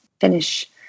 finish